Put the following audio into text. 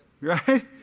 right